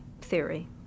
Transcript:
theory